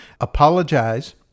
apologize